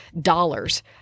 dollars